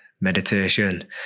meditation